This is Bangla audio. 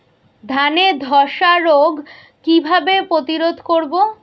ধানে ধ্বসা রোগ কিভাবে প্রতিরোধ করব?